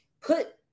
put